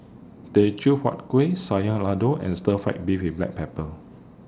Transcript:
Teochew Huat Kueh Sayur Lodeh and Stir Fry Beef with Black Pepper